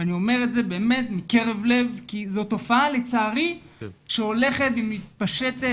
ואני אומר את זה באמת מקרב לב כי זאת תופעה לצערי שהולכת והיא מתפשטת,